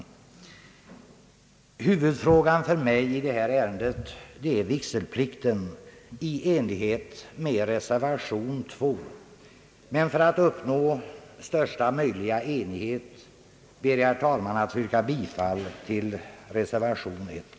Huvudfrågan för mig i detta ärende är vigselplikten i enlighet med reservation 2, men för att uppnå största möjliga enighet ber jag, herr talman, att få yrka bifall till reservation 1.